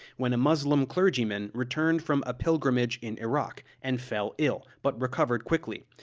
when a muslim clergyman returned from a pilgrimage in iraq and fell ill, but recovered quickly.